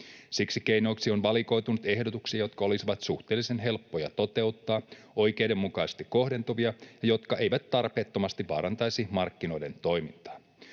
Siksi keinoksi on valikoitunut ehdotuksia, jotka olisivat suhteellisen helppoja toteuttaa, oikeudenmukaisesti kohdentuvia ja jotka eivät tarpeettomasti vaarantaisi markkinoiden toimintaa.